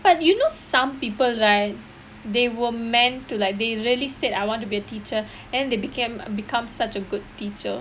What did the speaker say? but you know some people right they were meant to like they really said I want to be a teacher and then they became become such a good teacher